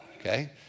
okay